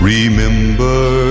Remember